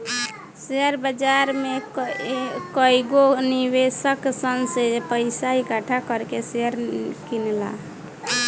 share बाजार में कएगो निवेशक सन से पइसा इकठ्ठा कर के शेयर किनला